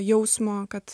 jausmo kad